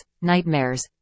nightmares